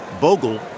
Bogle